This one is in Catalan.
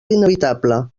inevitable